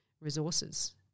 resources